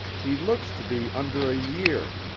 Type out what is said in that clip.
he looks to be under a year.